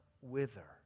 wither